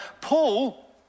Paul